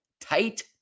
tight